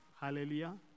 Hallelujah